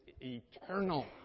eternal